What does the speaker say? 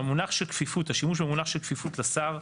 המונח של כפיפות, השימוש במונח של כפיפות לשר,